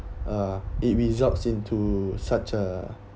uh it results into such a